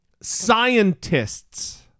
scientists